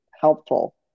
helpful